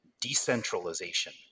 decentralization